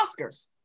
Oscars